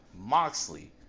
Moxley